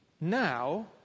now